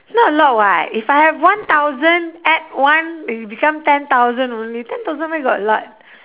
not allowed [what] if I have one thousand add one it become ten thousand only ten thousand where got a lot